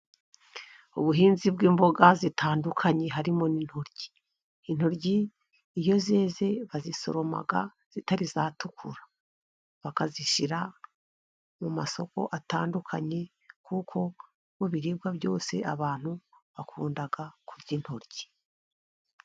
Ubuhinzi bw’imboga zitandukanye, harimo n’intoki. Intoryi, iyo zeze, bazisoroma zitari zatukura, bakazishyira mu masoko atandukanye. Kuko mu biribwa byose, abantu bakunda kurya intoryi.